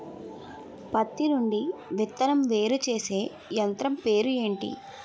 పత్తి నుండి విత్తనం వేరుచేసే యంత్రం పేరు ఏంటి